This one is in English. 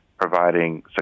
providing